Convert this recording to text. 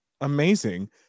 amazing